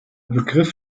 begriff